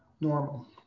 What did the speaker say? normal